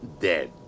dead